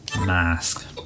mask